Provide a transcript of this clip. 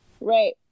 Right